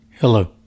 hello